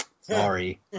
Sorry